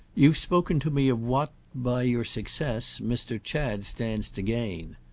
you've spoken to me of what by your success mr. chad stands to gain.